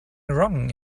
wrong